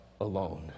alone